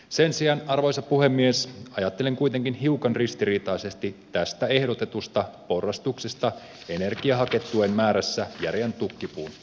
sen sijaan arvoisa puhemies ajattelin kuitenkin hiukan ristiriitaisesti puhua tästä ehdotetusta porrastuksesta energiahaketuen määrässä järeän tukkipuun osalta